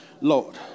Lord